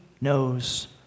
knows